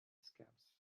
scams